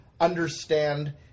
understand